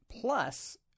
Plus